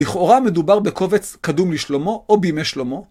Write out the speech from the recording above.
לכאורה מדובר בקובץ קדום לשלמה או בימי שלמה.